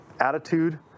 attitude